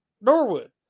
Norwood